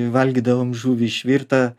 valgydavom žuvį išvirtą